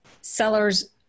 sellers